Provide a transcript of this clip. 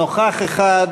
נוכח אחד.